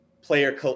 player